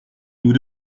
nous